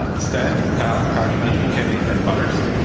ah stan, kyle, cartman, kenny, and butters.